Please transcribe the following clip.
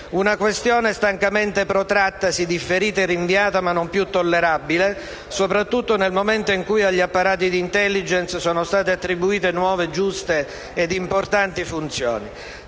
una questione stancamente protrattasi, differita e rinviata, non più tollerabile, soprattutto nel momento in cui agli apparati di *intelligence* sono state attribuite nuove, giuste ed importanti funzioni.